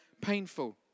painful